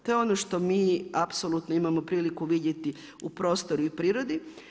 To je ono što mi apsolutn0o imamo priliku vidjeti u prostoru i prirodi.